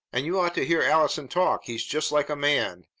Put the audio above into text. and you ought to hear allison talk! he's just like a man!